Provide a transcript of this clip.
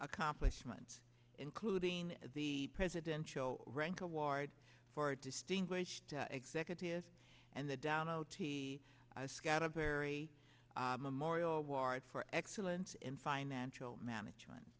accomplishments including the presidential rank award for distinguished executive and the down o t scout a very memorial award for excellence in financial management